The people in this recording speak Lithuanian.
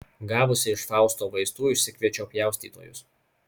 gavusi iš fausto vaistų išsikviečiau pjaustytojus